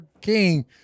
King